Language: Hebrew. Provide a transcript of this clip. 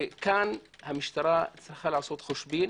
המשטרה צריכה לעשות חושבים.